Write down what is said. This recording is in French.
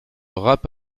rap